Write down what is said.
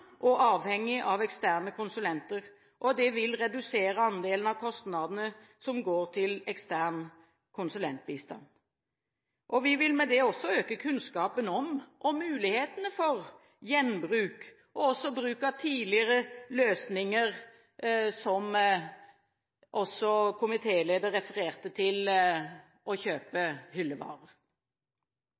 og avhengig av eksterne konsulenter – og det vil redusere andelen av kostnadene som går til ekstern konsulentbistand. Vi vil med dette øke kunnskapen om og mulighetene for gjenbruk og bruk av tidligere løsninger – som også komitélederen refererte til – og kjøpe hyllevarer.